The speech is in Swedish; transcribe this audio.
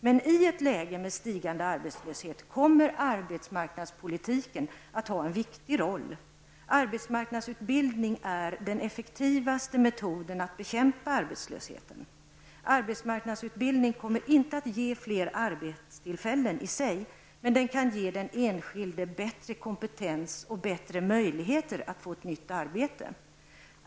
Men i ett läge där arbetslösheten stiger kommer arbetsmarknadspolitiken att spela en viktig roll. Arbetsmarknadsutbildning är den effektivaste metoden när det gäller att bekämpa arbetslösheten. Arbetsmarknadsutbildningen i sig kommer inte att ge fler arbetstillfällen. Men den kan för den enskilde innebära en större kompetens och bättre möjligheter att få ett nytt arbete.